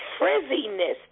Frizziness